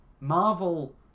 Marvel